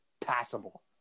passable